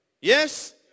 yes